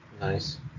nice